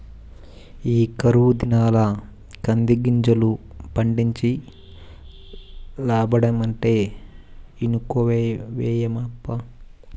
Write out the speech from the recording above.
ఈ కరువు దినాల్ల కందిగింజలు పండించి లాబ్బడమంటే ఇనుకోవేమప్పా